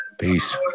Peace